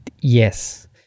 yes